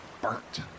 burnt